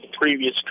previous